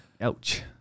Ouch